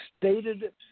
stated